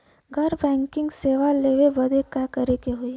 घर बैकिंग सेवा लेवे बदे का करे के होई?